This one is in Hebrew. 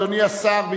אדוני השר,